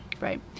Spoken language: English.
Right